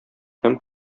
һәм